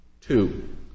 Two